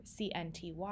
CNTY